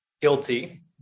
Guilty